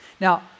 Now